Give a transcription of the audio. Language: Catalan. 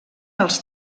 els